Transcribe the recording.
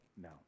no